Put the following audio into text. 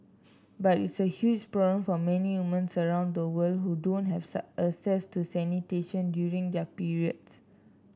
but it's a huge problem for many women around the world who don't have access to sanitation during their periods